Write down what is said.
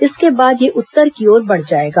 इसके बाद यह उत्तर की ओर बढ़ जाएगा